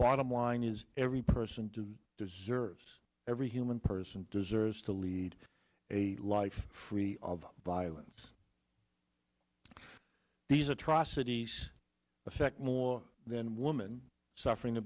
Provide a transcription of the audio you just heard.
bottom line is every person to deserves every human person deserves to lead a life free of violence these atrocities effect more than woman suffering